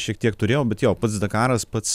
šiek tiek turėjau bet jo pats dakaras pats